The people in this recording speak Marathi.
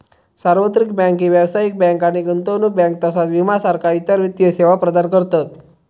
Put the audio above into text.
सार्वत्रिक बँक ही व्यावसायिक बँक आणि गुंतवणूक बँक तसाच विमा सारखा इतर वित्तीय सेवा प्रदान करतत